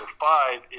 five